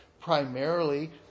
primarily